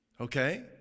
okay